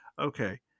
okay